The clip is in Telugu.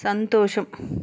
సంతోషం